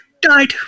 died